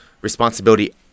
responsibility